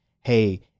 Hey